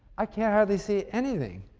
i can hardly see anything.